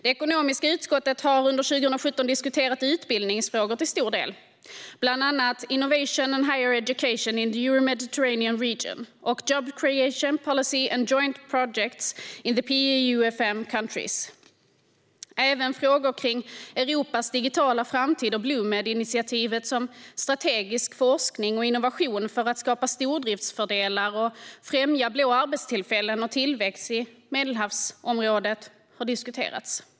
Det ekonomiska utskottet har under 2017 till stor del diskuterat utbildningsfrågor, bland annat Innovation and Higher Education in the Euro-Mediterranean Region och Job Creation - Policy and Joint Projects in the PA-UfM-countries. Även frågor kring Europas digitala framtid och Bluemedinitiativet om strategisk forskning och innovation för att skapa stordriftsfördelar och främja blå arbetstillfällen och tillväxt i Medelhavsområdet har diskuterats.